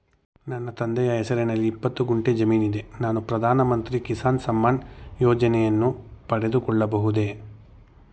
ನನ್ನ ತಂದೆಯ ಹೆಸರಿನಲ್ಲಿ ಇಪ್ಪತ್ತು ಗುಂಟೆ ಜಮೀನಿದೆ ನಾನು ಪ್ರಧಾನ ಮಂತ್ರಿ ಕಿಸಾನ್ ಸಮ್ಮಾನ್ ಯೋಜನೆಯನ್ನು ಪಡೆದುಕೊಳ್ಳಬಹುದೇ?